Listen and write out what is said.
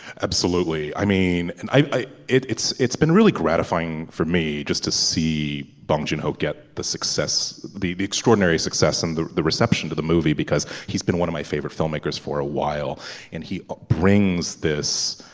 absolutely. i mean and i it's it's been really gratifying for me just to see bunge and hope get the success the the extraordinary success and the the reception to the movie because he's been one of my favorite filmmakers for a while and he brings this